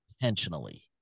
Intentionally